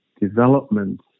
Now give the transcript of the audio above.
development